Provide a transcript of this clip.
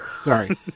sorry